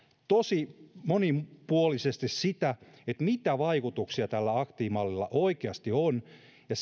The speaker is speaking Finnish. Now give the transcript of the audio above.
tosi monipuolisesti mitä vaikutuksia tällä aktiivimallilla oikeasti on ja